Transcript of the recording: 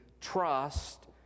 trust